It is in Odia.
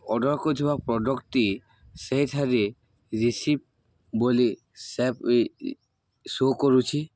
ଅର୍ଡ଼ର୍ କରିଥିବା ପ୍ରଡ଼କ୍ଟ୍ଟି ସେହିଠାରେ ରିସିପ ବୋଲି ସେଭ୍ ଶୋ କରୁଛି